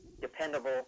dependable